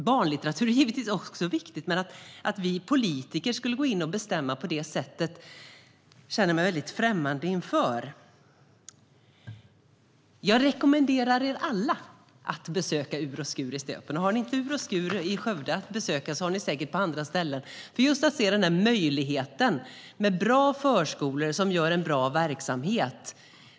Barnlitteratur är naturligtvis också viktigt, men att vi politiker skulle gå in och bestämma på det sättet känner jag mig väldigt främmande inför. Jag rekommenderar er alla att besöka I ur och skur i Stöpen. Om ni inte kan besöka Skövde finns det I ur och skur-förskolor på andra ställen. Det handlar om att se möjligheten med bra förskolor som gör en bra verksamhet.